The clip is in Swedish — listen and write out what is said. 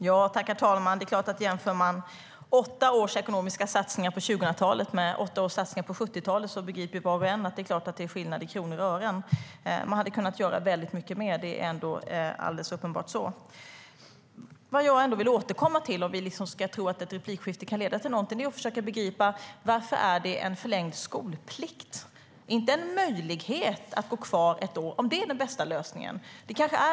Herr talman! Jämför man åtta års ekonomiska satsningar på 2000-talet med åtta års satsningar på 1970-talet begriper ju var och en att det är klart att det är skillnad i kronor och ören. Man hade kunnat göra väldigt mycket mer; det är ändå alldeles uppenbart så. Vad jag vill återkomma till - om vi nu ska tro att ett replikskifte kan leda till någonting - är att försöka begripa varför det är en förlängd skolplikt att gå kvar ett år, om det är den bästa lösningen.